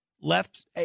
left